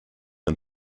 and